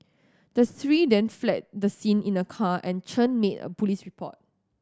the three then fled the scene in a car and Chen made a police report